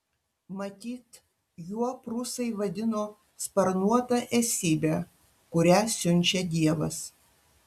matyt juo prūsai vadino sparnuotą esybę kurią siunčia dievas